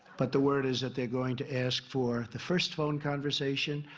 but the word is that they're going to ask for the first phone conversation.